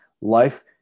Life